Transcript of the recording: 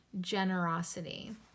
generosity